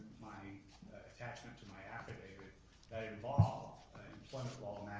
my attachment to my affidavit that involve employment law